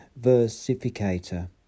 versificator